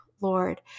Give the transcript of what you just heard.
Lord